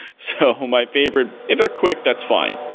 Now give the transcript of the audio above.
so my favorite if they're quick, that's fine.